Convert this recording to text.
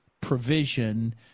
provision